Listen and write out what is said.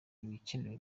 ibikenewe